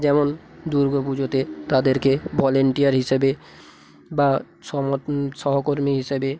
যেমন দুর্গা পুজোতে তাদেরকে ভলেন্টিয়ার হিসেবে বা সংগঠন সহকর্মী হিসেবে